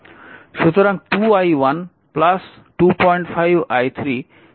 সুতরাং 2i1 25i3 10i2 0